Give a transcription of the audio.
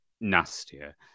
nastier